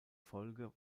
folge